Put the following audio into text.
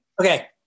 Okay